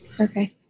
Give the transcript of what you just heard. Okay